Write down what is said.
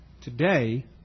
today